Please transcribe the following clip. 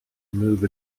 remove